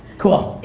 cool.